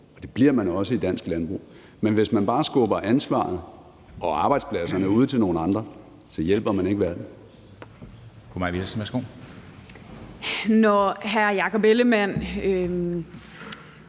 det bliver man også i dansk landbrug. Men hvis man bare skubber ansvaret og arbejdspladserne ud til nogle andre, hjælper man ikke verden.